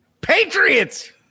Patriots